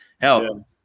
hell